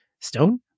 Stone